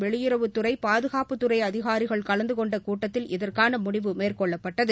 வெளியுறவுத்துறை பாதுகாப்புத்துறை அதிகாரிகள் கலந்து கொண்ட கூட்டத்தில் இதற்கான முடிவு மேற்கொள்ளப்பட்டது